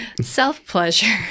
self-pleasure